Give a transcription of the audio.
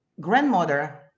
Grandmother